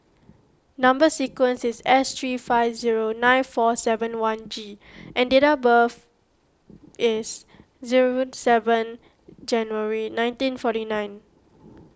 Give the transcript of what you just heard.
Number Sequence is S three five zero nine four seven one G and date of birth is zero seven January nineteen forty nine